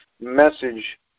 message